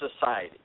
society